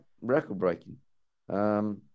record-breaking